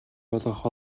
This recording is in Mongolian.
болгох